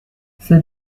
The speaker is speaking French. c’est